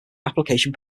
application